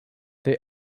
they